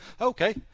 okay